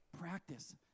practice